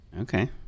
Okay